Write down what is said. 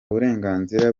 burenganzira